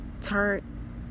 turn